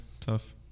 tough